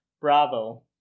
Bravo